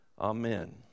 amen